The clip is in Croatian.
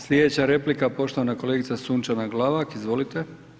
Slijedeća replika poštovana kolegica Sunčana Glavak, izvolite.